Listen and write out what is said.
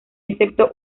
excepto